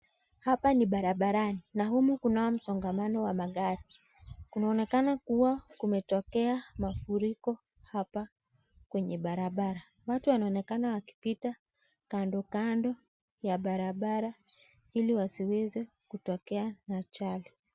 Hapa ni barabarani. Na humu kunao msongamano wa magari. Kunaonekana kuwa kumetokea mafuriko hapa kwenye barabara. Watu wanaonekana wakipita kandokando ya barabara, ili wasiweze kutokea na ajali.